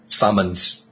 Summoned